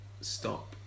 stop